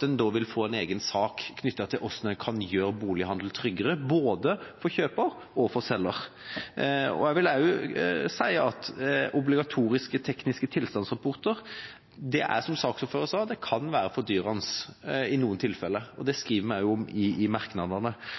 en vil få en egen sak knyttet til hvordan en kan gjøre bolighandel tryggere, både for kjøper og for selger. Jeg vil også si at obligatoriske tekniske tilstandsrapporter kan, som saksordføreren sa, være fordyrende i noen tilfeller, og det skriver vi også om i merknadene. Jeg ser også at de brukes i